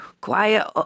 quiet